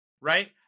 right